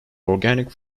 organic